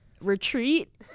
retreat